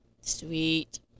Sweet